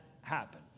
happen